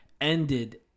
ended